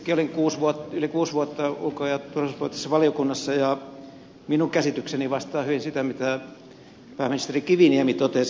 itsekin olin yli kuusi vuotta ulko ja turvallisuuspoliittisessa valiokunnassa ja minun käsitykseni vastaa hyvin sitä mitä pääministeri kiviniemi totesi